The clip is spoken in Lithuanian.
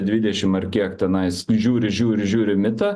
dvidešim ar kiek tenais žiūri žiūri žiūri mitą